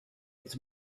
its